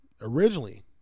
originally